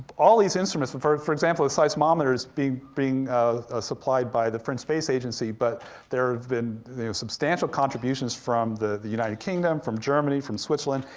all these instruments, for for example, the seismometers, being being ah ah supplied by the french space agency, but there have been substantial contributions from the the united kingdom, from germany, from switzerland,